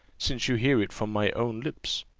since you hear it from my own lips.